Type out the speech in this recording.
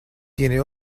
tiene